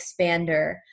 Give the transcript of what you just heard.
expander